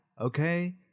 okay